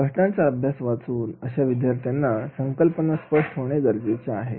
घटनांचा अभ्यास वाचून अशा विद्यार्थ्यांना संकल्पना स्पष्ट होणे गरजेचे आहे